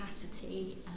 capacity